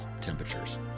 temperatures